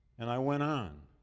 and i went on.